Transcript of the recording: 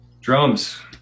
Drums